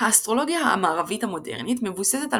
האסטרולוגיה המערבית המודרנית מבוססת על